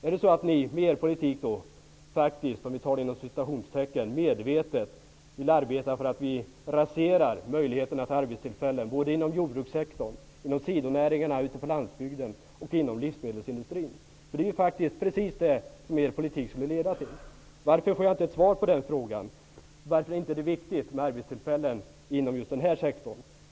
Är det så att ni med er politik ''medvetet'' vill arbeta för att vi raserar möjligheterna till arbetstillfällen både inom jordbrukssektorn, inom sidonäringarna ute på landsbygden och inom livsmedelsindustrin? Det är precis detta som er politik skulle leda till. Varför får jag inte ett svar på den frågan? Varför är det inte viktigt med arbetstillfällen inom just den här sektorn?